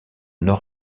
nord